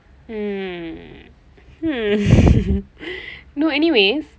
mm hmm no anyway